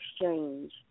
exchange